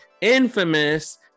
infamous